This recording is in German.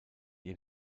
ihr